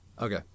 Okay